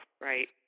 right